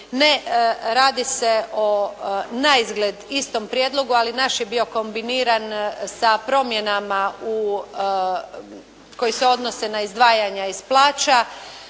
Ne, radi se o naizgled istom prijedlogu ali naš je bio kombiniran sa promjenama u, koji se odnose na izdvajanja iz plaća